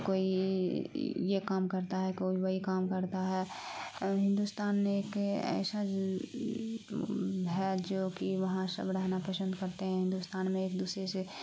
کوئی یہ کام کرتا ہے کوئی وہی کام کڑتا ہے ہندوستان نے ایک ایشا ہے جوکہ وہاں شب رہنا پسند کرتے ہیں ہندوستان میں ایک دوسرے سے